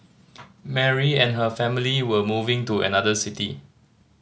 Mary and her family were moving to another city